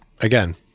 again